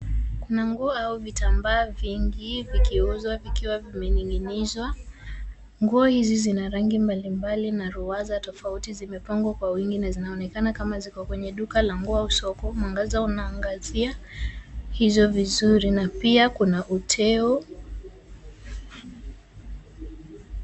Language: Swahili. Kuna nguo au vitambaa vingi, vikiuzwa vikiwa vimening'inizwa. Nguo hizi zina rangi mbalimbali na ruwaza tofauti, zimepangwa kwa wingi na zinaonekana kama ziko kwenye duka la nguo au soko. Mwangaza unaangazia hizo vizuri na pia kuna uteo.